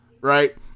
right